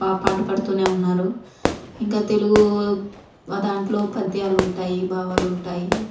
పాటుపడుతూనే ఉన్నారు ఇంకా తెలుగు వదాంట్లో పద్యాలుంటాయి భావాలుంటాయి